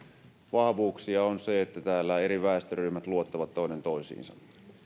vahvuuksia on se että täällä eri väestöryhmät luottavat toinen toisiinsa